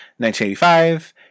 1985